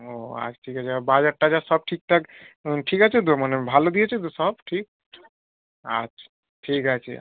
ও আচ্ছা ঠিক আছে আর বাজার টাজার সব ঠিকঠাক ঠিক আছে তো মানে ভালো দিয়েছে তো সব ঠিক আচ্ছা ঠিক আছে